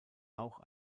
auch